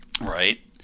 Right